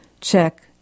Check